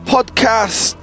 Podcast